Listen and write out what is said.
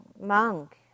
monk